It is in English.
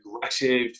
aggressive